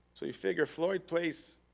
so you figure floyd place,